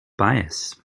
bias